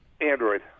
Android